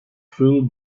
full